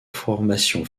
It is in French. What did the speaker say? formations